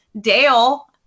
Dale